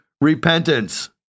repentance